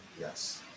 yes